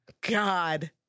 God